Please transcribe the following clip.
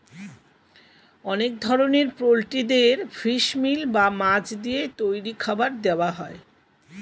অনেক ধরনের পোল্ট্রিদের ফিশ মিল বা মাছ দিয়ে তৈরি খাবার দেওয়া হয়